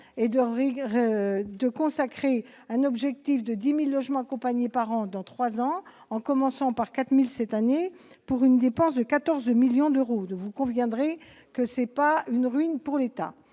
et fixer un objectif de 10 000 logements accompagnés par an sur 3 ans, en commençant par 4 000 cette année, pour une dépense de 14 millions d'euros. Vous en conviendrez, monsieur le ministre, ce n'est pas une ruine pour l'État